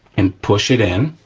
and push it in,